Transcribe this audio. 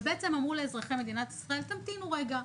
ובעצם אמרו לאזרחי מדינת ישראל: תמתינו רגע,